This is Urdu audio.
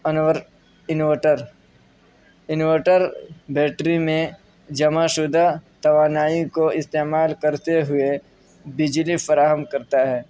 انور انوٹر انورٹر بیٹری میں جمع شدہ توانائی کو استعمال کرتے ہوئے بجلی فراہم کرتا ہے